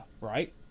right